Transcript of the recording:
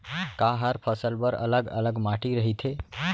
का हर फसल बर अलग अलग माटी रहिथे?